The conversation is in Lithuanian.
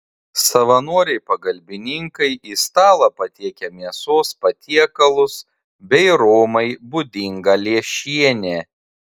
savanoriai pagalbininkai į stalą patiekia mėsos patiekalus bei romai būdingą lęšienę